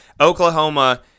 Oklahoma